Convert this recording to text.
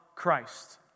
Christ